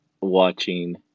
watching